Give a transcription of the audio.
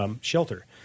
shelter